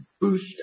boost